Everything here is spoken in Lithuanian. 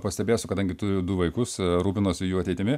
pastebėsiu kadangi turiu du vaikus rūpinuosi jų ateitimi